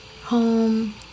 Home